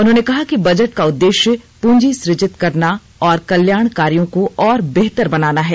उन्होंने कहा कि बजट का उद्देश्य पूंजी सृजित करना और कल्याण कार्यों को और बेहतर बनाना है